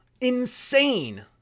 Insane